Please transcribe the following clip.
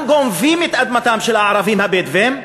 גם גונבים את אדמתם של הערבים הבדואים,